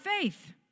faith